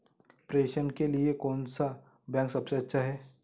प्रेषण के लिए कौन सा बैंक सबसे अच्छा है?